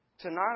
Tonight